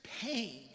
pain